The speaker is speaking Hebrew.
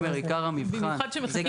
אני אומר עיקר המבחן --- במיוחד כשמחכים